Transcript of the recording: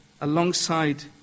alongside